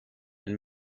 and